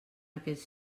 aquests